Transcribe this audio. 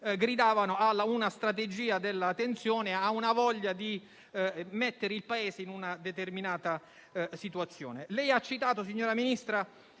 gridavano alla strategia della tensione e alla voglia di mettere il Paese in una determinata situazione.